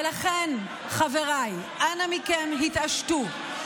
ולכן חבריי, אנא מכם, התעשתו.